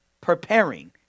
preparing